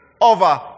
over